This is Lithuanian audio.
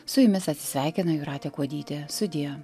su jumis atsisveikina jūratė kuodytė sudie